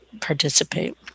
participate